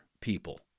people